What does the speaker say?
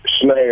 snare